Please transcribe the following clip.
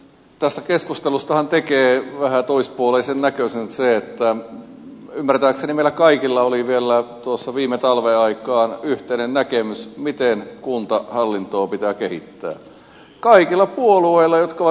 tästä keskustelustahan tekee vähän toispuoleisen näköisen se että ymmärtääkseni meillä kaikilla oli vielä tuossa viime talven aikaan yhteinen näkemys miten kuntahallintoa pitää kehittää kaikilla puolueilla jotka ovat edustettuina kuntaliitossa